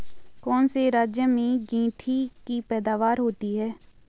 कौन से राज्य में गेंठी की पैदावार होती है?